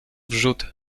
wrzód